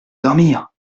dormir